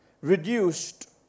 reduced